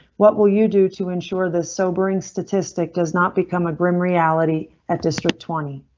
what will you do to ensure this sobering statistic does not become a grim reality at district twenty?